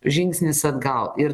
žingsnis atgal ir